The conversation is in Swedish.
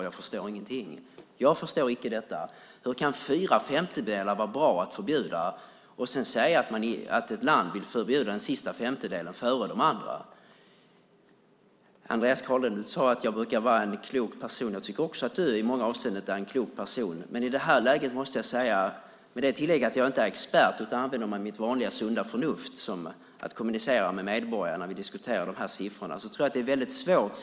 Jag förstår ingenting. Jag förstår icke detta. Hur kan det vara bra att förbjuda fyra femtedelar? Sedan säger man att ett land vill förbjuda den sista femtedelen före de andra. Andreas Carlgren, du har sagt att jag brukar vara en klok person. Jag tycker att också du i många avseenden är en klok person. Men i det här läget måste jag - med tillägget att jag inte är någon expert utan att jag bara använder mitt vanliga sunda förnuft när jag kommunicerar med medborgarna de siffror som vi diskuterar - säga att jag tror att detta är väldigt svårt.